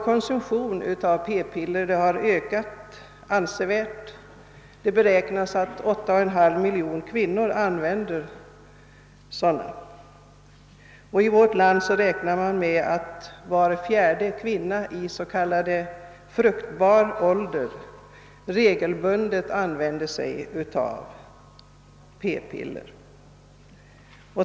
Konsumtionen av p-piller har ökat avsevärt; det beräknas att 8,5 miljoner kvinnor använder sådana, och i vårt land räknar man med att var fjärde kvinna i så kallad fruktsam ålder regelbundet använder p-piller.